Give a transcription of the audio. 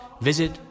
visit